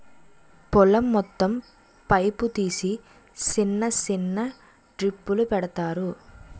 పొలం మొత్తం పైపు తీసి సిన్న సిన్న డ్రిప్పులు పెడతారు